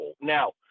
now